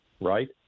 right